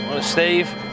Steve